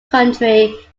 country